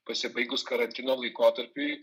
pasibaigus karantino laikotarpiui